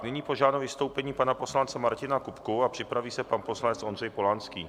Nyní požádám o vystoupení pana poslance Martina Kupku a připraví se pan poslanec Ondřej Polanský.